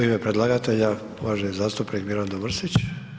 U ime predlagatelja uvaženi zastupnik Mirando Mrsić.